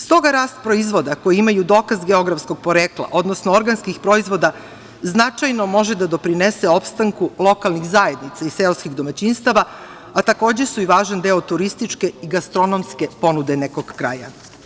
S toga rast proizvoda koji imaju dokaz geografskog porekla, odnosno organskih proizvoda značajno može da doprinese opstanku lokalnih zajednica i seoskih domaćinstava, a takođe su i važan deo turističke i gastronomske ponude nekog kraja.